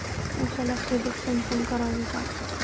उसाला ठिबक सिंचन करावे का?